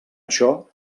això